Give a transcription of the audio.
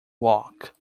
walk